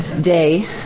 day